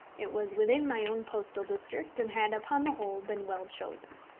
it was within my own postal district, and had, upon the whole, been well chosen.